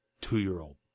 two-year-old